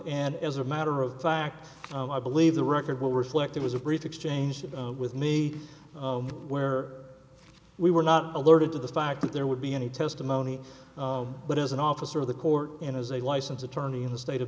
and as a matter of fact i believe the record will reflect it was a brief exchange with me where we were not alerted to the fact that there would be any testimony but as an officer of the court and as a licensed attorney in the state of